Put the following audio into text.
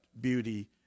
beauty